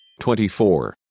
24